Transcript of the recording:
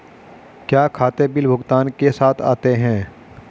क्या खाते बिल भुगतान के साथ आते हैं?